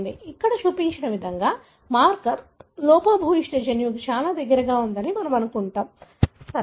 ఇక్కడ చూపిన విధంగా మార్కర్ లోపభూయిష్ట జన్యువుకు చాలా దగ్గరగా ఉందని మనము అనుకుంటాము సరియైనదా